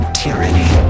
tyranny